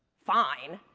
fine.